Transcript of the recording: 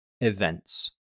events